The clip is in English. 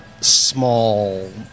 small